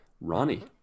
Ronnie